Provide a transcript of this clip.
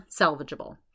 Salvageable